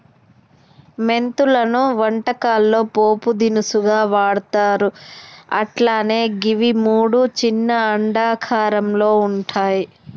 మెంతులను వంటకాల్లో పోపు దినుసుగా వాడ్తర్ అట్లనే గివి మూడు చిన్న అండాకారంలో వుంటయి